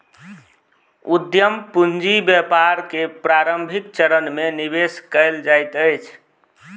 उद्यम पूंजी व्यापार के प्रारंभिक चरण में निवेश कयल जाइत अछि